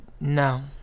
No